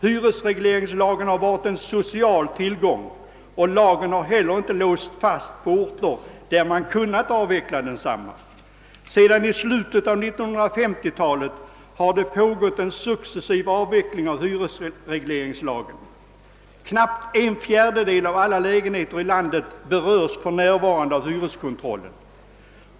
Hyresregleringslagen har varit en social tillgång, och hyresregleringen har inte heller låsts fast på orter där man kunnat avveckla densamma. Sedan slutet av 1950-talet har det pågått en successiv avveckling av hyresregleringslagen. Knappt en fjärdedel av alla lägenheter i landet berörs för närvarande av hyreskontrollen.